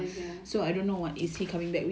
ya ya ya